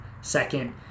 second